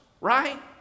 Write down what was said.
Right